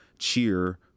cheer